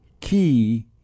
key